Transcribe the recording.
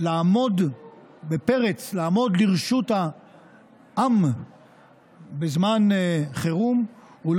לעמוד בפרץ, לעמוד לרשות העם בזמן חירום, לא